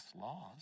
laws